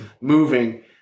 moving